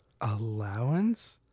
allowance